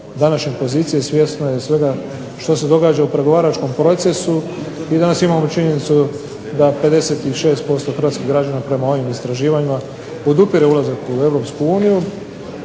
danas imamo činjenicu da 56% hrvatskih građana prema ovim istraživanjima podupire ulazak u